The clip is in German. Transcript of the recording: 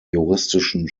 juristischen